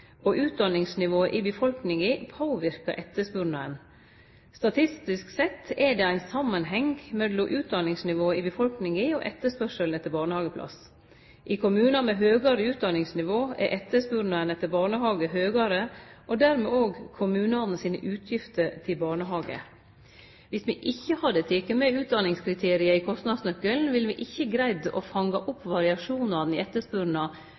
og utdanningsnivået i befolkninga påverkar etterspurnaden. Statistisk sett er det ein samanheng mellom utdaningsnivået i befolkninga og etterspurnaden etter barnehageplass. I kommunar med høgare utdaningsnivå er etterspurnaden etter barnehage høgare, og dermed òg kommunane sine utgifter til barnehage. Viss me ikkje hadde teke med utdaningskriteriet i kostnadsnøkkelen, ville vi ikkje greidd å fange opp variasjonane i